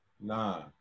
Nah